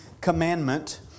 commandment